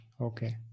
Okay